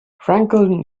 frankel